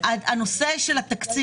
העניין הזה.